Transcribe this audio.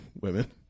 women